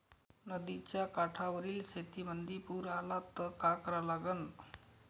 नदीच्या काठावरील शेतीमंदी पूर आला त का करा लागन?